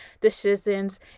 decisions